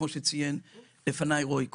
כמו שציין לפניי רועי כהן.